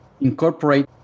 incorporate